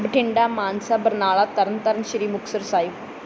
Bathinda Mansa Barnala Tarn Taran Sri Muktsar Sahib